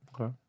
Okay